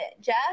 Jeff